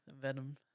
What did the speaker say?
Venom